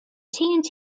tnt